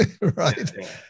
Right